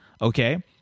Okay